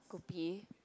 Kopi